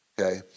Okay